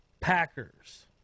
Packers